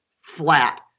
flat